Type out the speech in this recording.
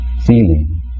feeling